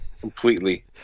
completely